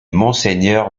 mgr